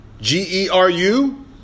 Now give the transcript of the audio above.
G-E-R-U